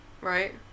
Right